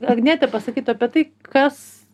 agnietė pasakytų apie tai kas